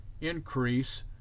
increase